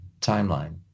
timeline